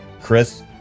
Chris